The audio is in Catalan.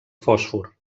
fòsfor